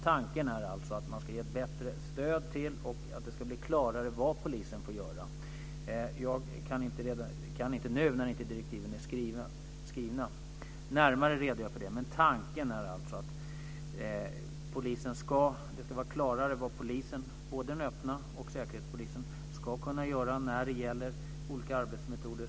Tanken är alltså att man ska ge ett bättre stöd och att det ska bli klarare vad polisen får göra. Jag kan inte nu, när direktiven inte är skrivna, närmare redogöra för det, men tanken är alltså att det ska vara klarare vad polisen, både den öppna polisen och säkerhetspolisen, ska kunna göra när det gäller olika arbetsmetoder.